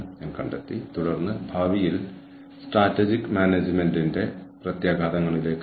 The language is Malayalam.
അതിനാൽ ഞാൻ പരാമർശിച്ച എല്ലാ സ്രോതസ്സുകളും നിങ്ങൾക്ക് ലഭിക്കുന്ന ആദ്യ സ്ലൈഡിൽ ഉണ്ട്